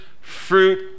fruit